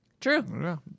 true